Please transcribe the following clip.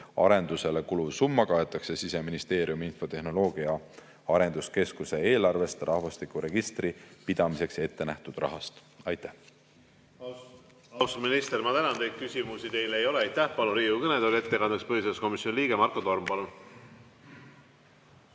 Arendusele kuluv summa kaetakse Siseministeeriumi infotehnoloogia‑ ja arenduskeskuse eelarvest rahvastikuregistri pidamiseks ettenähtud rahast. Aitäh! Austatud minister, ma tänan teid! Küsimusi teile ei ole. Aitäh! Palun Riigikogu kõnetooli ettekandeks põhiseaduskomisjoni liikme Marko Tormi.